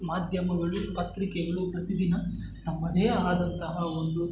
ಮಾಧ್ಯಮಗಳು ಪತ್ರಿಕೆಗಳು ಪ್ರತಿದಿನ ತಮ್ಮದೇ ಆದಂತಹ ಒಂದು